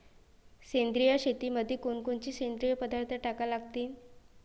सेंद्रिय शेतीमंदी कोनकोनचे सेंद्रिय पदार्थ टाका लागतीन?